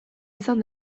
izan